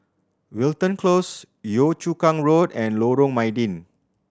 Wilton Close Yio Chu Kang Road and Lorong Mydin